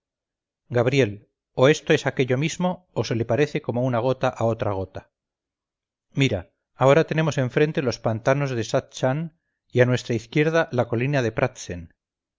gabriel o esto es aquello mismo o se le parece como una gota a otra gota mira ahora tenemos enfrente los pantanos de satzchan y a nuestra izquierda la colina de pratzen